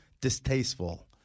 distasteful